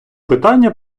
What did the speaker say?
питання